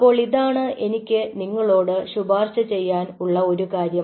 അപ്പോൾ ഇതാണ് എനിക്ക് നിങ്ങളോട് ശുപാർശ ചെയ്യാൻ ഉള്ള ഒരു കാര്യം